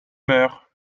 meur